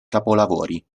capolavori